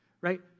right